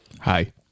Hi